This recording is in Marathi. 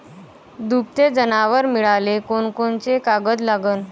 दुभते जनावरं मिळाले कोनकोनचे कागद लागन?